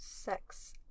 Sex